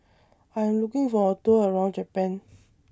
I Am looking For A Tour around Japan